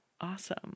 Awesome